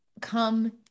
come